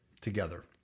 together